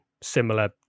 similar